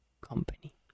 Company